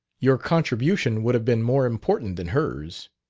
your contribution would have been more important than hers.